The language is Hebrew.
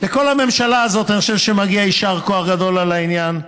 לכל הממשלה הזאת אני חושב שמגיע יישר כוח גדול על העניין,